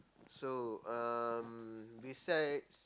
so um besides